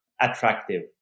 attractive